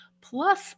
plus